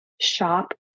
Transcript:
shop